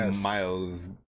miles